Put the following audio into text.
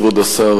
כבוד השר,